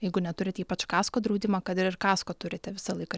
jeigu neturit ypač kasko draudimo kad ir kasko turite visą laiką